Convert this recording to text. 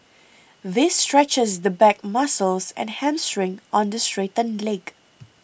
this stretches the back muscles and hamstring on the straightened leg